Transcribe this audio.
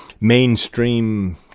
Mainstream